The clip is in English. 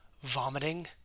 vomiting